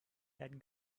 that